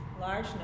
large